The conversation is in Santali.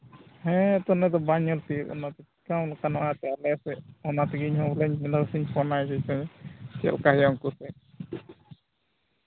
ᱦᱮᱸ ᱮᱱᱛᱮᱫ ᱚᱱᱟ ᱫᱚ ᱵᱟᱝ ᱧᱮᱞ ᱛᱤᱭᱟᱹᱜᱚᱜ ᱠᱟᱱᱟ ᱛᱚ ᱪᱮᱠᱟᱭᱟᱢ ᱵᱟᱝᱠᱷᱟᱱ ᱟᱞᱮ ᱥᱮᱫ ᱤᱧ ᱦᱚᱸ ᱵᱚᱞᱮᱧ ᱢᱮᱱᱫᱟᱹᱧ ᱦᱟᱯᱮ ᱥᱮ ᱯᱷᱳᱱᱟᱭ ᱞᱮᱜᱮ ᱪᱮᱫᱞᱮᱠᱟ ᱧᱮᱞ ᱠᱚᱥᱮ